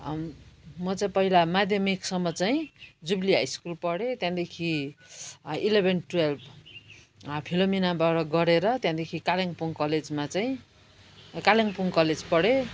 म चाहिँ पहिला माध्यमिकसम्म चाहिँ जुबिली हाई स्कुल पढेँ त्यहाँदेखि इलेभेन टुवेल्भ फिलोमिनाबाट गरेर त्यहाँदेखि कालिम्पोङ कलेजमा चाहिँ कालिम्पोङ कलेज पढेँ